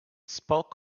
spoke